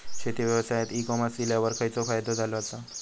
शेती व्यवसायात e commerce इल्यावर खयचो फायदो झालो आसा?